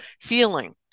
feeling